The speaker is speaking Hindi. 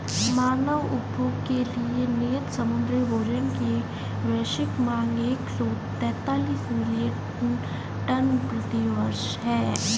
मानव उपभोग के लिए नियत समुद्री भोजन की वैश्विक मांग एक सौ तैंतालीस मिलियन टन प्रति वर्ष है